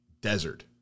desert